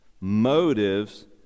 Motives